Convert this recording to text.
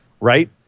right